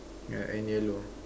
ya and yellow